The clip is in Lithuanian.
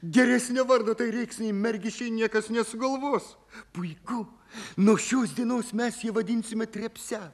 geresnio vardo tai rėksnei mergiščiai niekas nesugalvos puiku nuo šios dienos mes ją vadinsime trepse